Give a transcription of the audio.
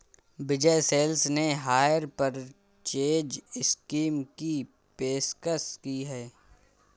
विजय sales ने hire purchase scheme की पेशकश की हैं